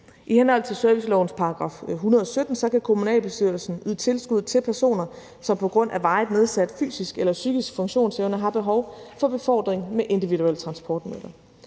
I henhold til servicelovens § 117 kan kommunalbestyrelsen yde tilskud til personer, som på grund af varigt nedsat fysisk eller psykisk funktionsevne har behov for befordring med individuelle transportmidler.